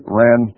ran